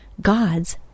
god's